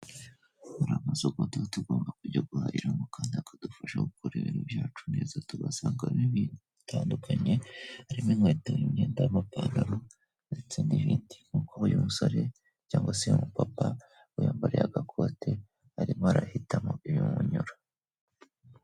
Hari amasoko tuba tugomba kujya guhahiramo kandi akadufasha gukora ibintu byacu neza tugasangamo ibintu bitandukanye harimo inkweto n'imyenda y'amapantaro, ndetse n'ibindi, nk'uko uyu umusore cyangwa se uyu mupapa yiyambariye agakote arimo arahitamo ibimunyura.